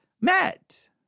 met